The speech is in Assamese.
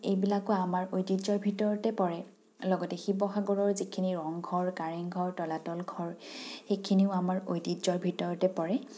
এইবিলাকো আমাৰ ঐতিহ্যৰ ভিতৰতে পৰে লগতে শিৱসাগৰৰ যিখিনি ৰংঘৰ কাৰেংঘৰ তলাতল ঘৰ সেইখিনিও আমাৰ ঐতিহ্যৰ ভিতৰতে পৰে